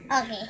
Okay